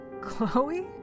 Chloe